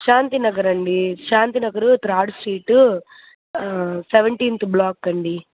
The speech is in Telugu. శాంతి నగర్ అండి Shanti Nagar third street seventeenth block అండి